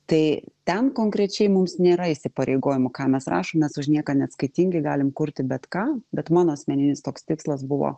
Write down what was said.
tai ten konkrečiai mums nėra įsipareigojimų ką mes rašom mes už nieką neatskaitingi galim kurti bet ką bet mano asmeninis toks tikslas buvo